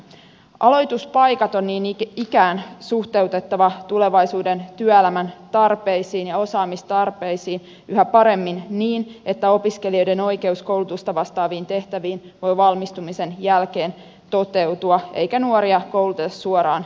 aloituspaikat on niin ikään suhteutettava tulevaisuuden työelämän tarpeisiin ja osaamistarpeisiin yhä paremmin niin että opiskelijoiden oi keus koulutusta vastaaviin tehtäviin voi valmistumisen jälkeen toteutua eikä nuoria kouluteta suoraan kortistoon